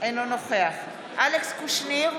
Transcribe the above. אינו נוכח אלכס קושניר,